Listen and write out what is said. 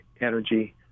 energy